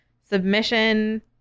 submission